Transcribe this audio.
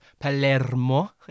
Palermo